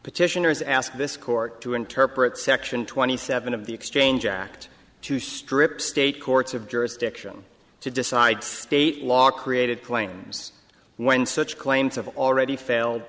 petitioners ask this court to interpret section twenty seven of the exchange act to strip state courts have jurisdiction to decide state law created claims when such claims have already fail